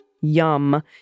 Yum